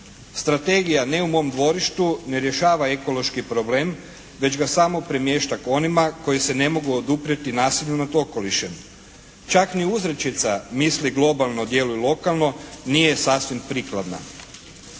Strategija ne u mom dvorištu ne rješava ekološki problem već ga samo premješta k onima koji se ne mogu oduprijeti nasilju nad okolišem. Čak ni uzrećica "Misli globalno, djeluj lokalno." Nije sasvim prikladna.